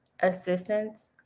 assistance